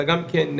אלא גם מעשה.